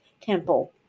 temple